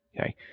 Okay